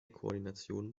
koordination